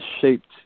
shaped